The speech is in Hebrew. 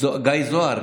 גיא זהר?